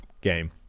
game